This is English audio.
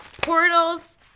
portals